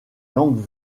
langue